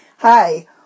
Hi